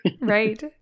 Right